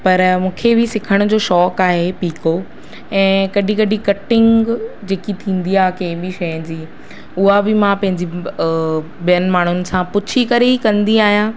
पर मूंखे बि सिखण जो शौंक़ु आहे पीको ऐं कॾहिं कॾहिं कटिंग जेकी थींदी आहे कंहिं बि शइ जी उहा बि मां पंहिंजी ॿियनि माण्हुनि सां पुछी करे ई कंदी आहियां